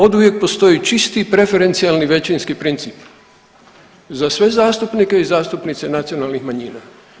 Oduvijek postoji čisti preferencijalni većinski princip za sve zastupnike i zastupnice nacionalnih manjina.